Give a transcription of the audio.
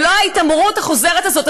ולא ההתעמרות החוזרת הזאת.